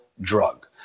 drug